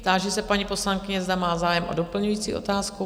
Táži se paní poslankyně, zda má zájem o doplňující otázku?